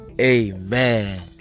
amen